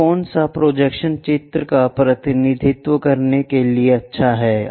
तो कौन सा प्रोजेक्शन्स चित्र का प्रतिनिधित्व करने के लिए अच्छा है